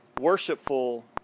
worshipful